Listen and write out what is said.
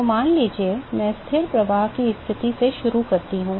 तो मान लीजिए मैं स्थिर प्रवाह की स्थिति से शुरू करता हूं